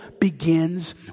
begins